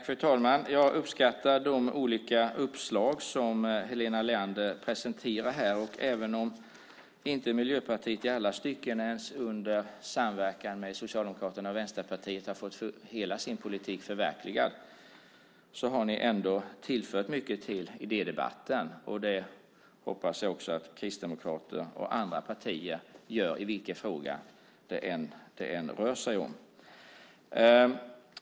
Fru talman! Jag uppskattar de olika uppslag som Helena Leander presenterar här. Även om Miljöpartiet inte i alla stycken ens under samverkan med Socialdemokraterna och Vänsterpartiet har fått hela sin politik förverkligad har ni ändå tillfört mycket till idédebatten. Det hoppas jag också att kristdemokrater och andra partier gör vilken fråga det än rör sig om.